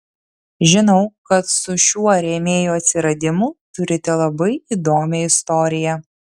žinau kad su šiuo rėmėjo atsiradimu turite labai įdomią istoriją